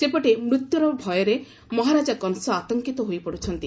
ସେପଟେ ମୃତ୍ୟୁ ଭୟରେ ମହାରାଜ କଂସ ଆତଙ୍କିତ ହୋଇପଡ଼ିଛନ୍ତି